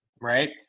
right